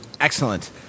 Excellent